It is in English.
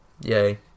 Yay